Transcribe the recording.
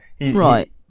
Right